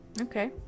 okay